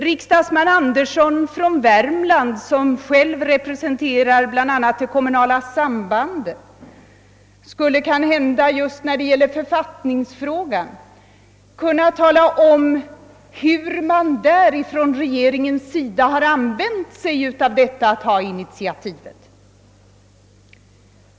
Han som själv i första kammaren representerar bl.a. det kommunala sambandet, skulle kanhända just när det gäller författningsfrågan kunna tala om hur man där från regeringens sida har använt sig av detta att ha initiativet.